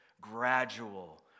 gradual